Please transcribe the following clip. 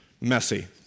messy